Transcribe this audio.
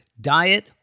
diet